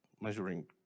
measuring